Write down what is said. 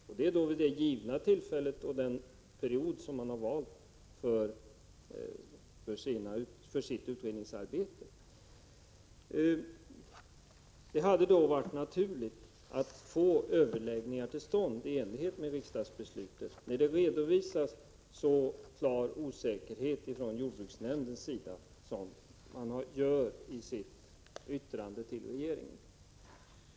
Detta gäller vid det tillfälle och under den period som man har valt för sitt utredningsarbete. Det hade varit naturligt att få överläggningar till stånd i enlighet med riksdagens beslut, när det redovisas så stor osäkerhet från jordbruksnämndens sida i yttrandet till regeringen.